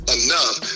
enough